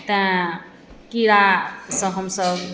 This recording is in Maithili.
तैँ कीड़ासँ हमसभ